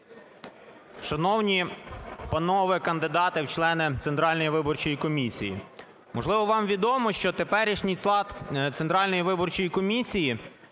Шановні панове кандидати в члени Центральної виборчої комісії, можливо, вам відомо, що теперішній склад Центральної виборчої комісії,